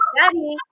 Daddy